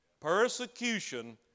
Persecution